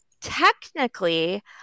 technically